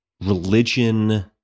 religion